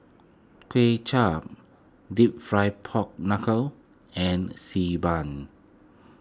Kway Chap Deep Fried Pork Knuckle and Xi Ban